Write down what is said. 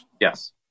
Yes